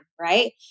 right